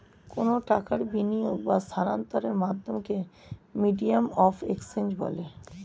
কোনো টাকার বিনিয়োগ বা স্থানান্তরের মাধ্যমকে মিডিয়াম অফ এক্সচেঞ্জ বলে